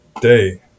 day